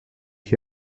ich